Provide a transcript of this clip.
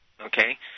Okay